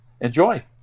enjoy